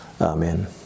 Amen